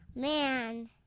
Man